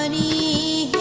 ah e